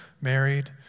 married